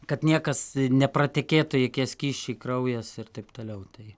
kad niekas nepratekėtų jokie skysčiai kraujas ir taip toliau tai